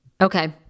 Okay